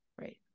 right